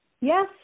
Yes